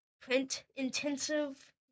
print-intensive